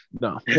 No